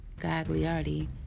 Gagliardi